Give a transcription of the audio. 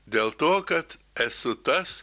dėl to kad esu tas